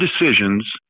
decisions